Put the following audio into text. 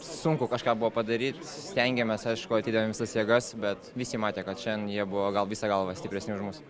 sunku kažką buvo padaryt stengėmės aišku atidavėm visas jėgas bet visi matė kad šiandien jie buvo gal visa galva stipresni už mus